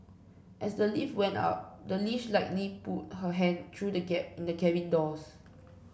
as the lift went up the leash likely pulled her hand through the gap in the cabin doors